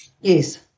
Yes